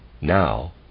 now